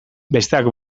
besteak